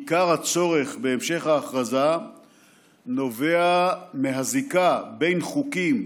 עיקר הצורך בהמשך ההכרזה נובע מהזיקה בין חוקים,